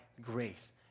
grace